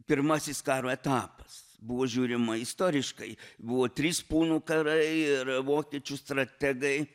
pirmasis karo etapas buvo žiūrima istoriškai buvo trys punų karai ir vokiečių strategai